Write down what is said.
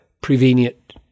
prevenient